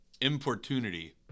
importunity